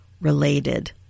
related